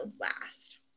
last